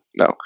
no